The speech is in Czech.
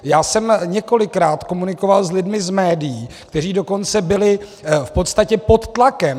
Já jsem několikrát komunikoval s lidmi z médií, kteří dokonce byli v podstatě pod tlakem.